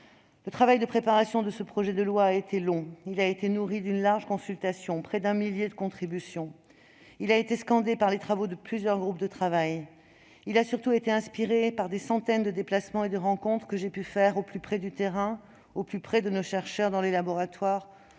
Le travail de préparation de ce texte a été long. Il a été nourri d'une large consultation et de près d'un millier de contributions. Il a été scandé par les travaux de plusieurs groupes de travail. Il a surtout été inspiré par des centaines de déplacements et de rencontres que j'ai pu faire, au plus près du terrain, au plus près de nos chercheurs, dans les laboratoires,